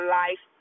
life